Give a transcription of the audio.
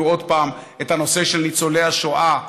עוד פעם על הנושא של ניצולי השואה,